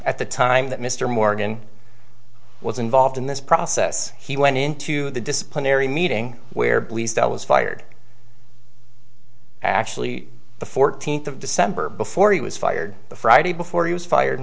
at the time that mr morgan was involved in this process he went into the disciplinary meeting where bleasdale was fired actually the fourteenth of december before he was fired the friday before he was fired